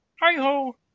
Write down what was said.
Hi-ho